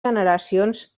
generacions